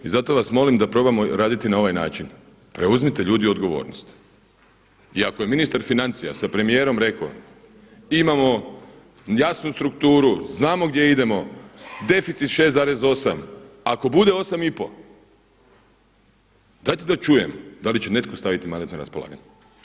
I zato vas molim da probamo raditi na ovaj način, preuzmite ljudi odgovornost i ako je ministar financija sa premijerom rekao imamo jasnu strukturu, znamo gdje idemo, deficit 6,8 ako bude 8,5 dajte da čujemo da li će netko staviti mandat na raspolaganje.